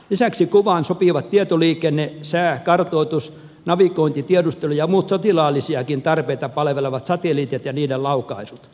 lisäksi kuvaan sopivat tietoliikenne sääkartoitus navigointi tiedustelu ja muut sotilaallisiakin tarpeita palvelevat satelliitit ja niiden laukaisut